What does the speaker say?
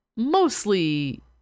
mostly